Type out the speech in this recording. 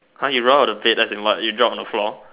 !huh! you roll out of the bed as in what you drop on the floor